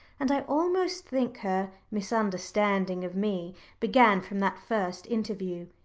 and i almost think her misunderstanding of me began from that first interview.